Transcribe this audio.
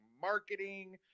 marketing